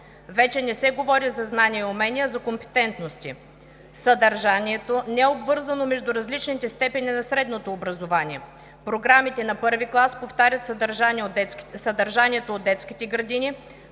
Вече не се говори за знания и умения, а за компетентности. Съдържанието не е обвързано между различните степени на средното образование. Програмите на I клас повтарят съдържанието от детските градини,